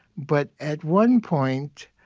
but at one point,